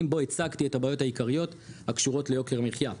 בו הצגתי את הבעיות העיקריות הקשורות ליוקר המחיה,